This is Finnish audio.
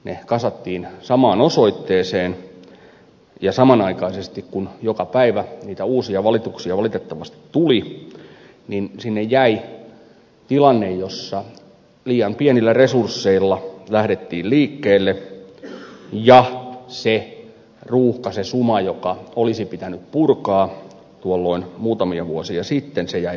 ne kasattiin samaan osoitteeseen ja samanaikaisesti kun joka päivä niitä uusia valituksia valitettavasti tuli niin sinne jäi tilanne jossa liian pienillä resursseilla lähdettiin liikkeelle ja se ruuhka se suma joka olisi pitänyt purkaa tuolloin muutamia vuosia sitten jäi purkamatta